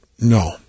No